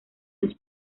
los